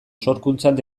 sorkuntzan